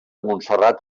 montserrat